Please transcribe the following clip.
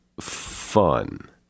fun